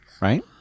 right